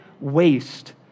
waste